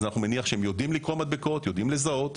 אנחנו מניחים שהם יודעים לקרוא מדבקות ויודעים לזהות,